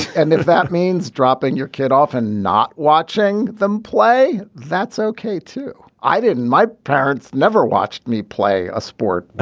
and then if that means dropping your kid often not watching them play that's okay too. i didn't my parents never watched me play a sport.